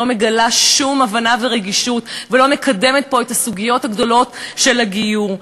לא מגלה שום הבנה ורגישות ולא מקדמת פה את הסוגיות הגדולות של הגיור.